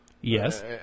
Yes